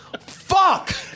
Fuck